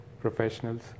professionals